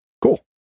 Cool